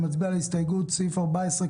אני מצביע על הסתייגות מס' 2, לסעיף 14כז(ד).